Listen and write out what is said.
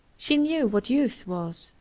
she knew what youth was,